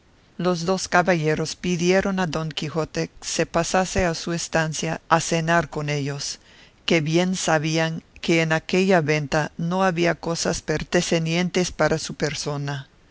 los dos caballeros pidieron a don quijote se pasase a su estancia a cenar con ellos que bien sabían que en aquella venta no había cosas pertenecientes para su persona